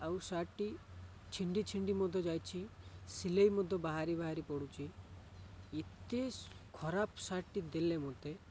ଆଉ ସାର୍ଟଟି ଛିଣ୍ଡି ଛିଣ୍ଡି ମଧ୍ୟ ଯାଇଛି ସିଲେଇ ମଧ୍ୟ ବାହାରି ବାହାରି ପଡ଼ୁଛି ଏତେ ଖରାପ ସାର୍ଟଟି ଦେଲେ ମୋତେ